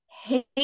hate